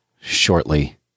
shortly